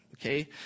okay